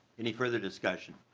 any further discussion?